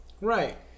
Right